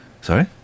Sorry